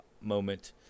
moment